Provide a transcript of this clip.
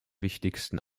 wichtigsten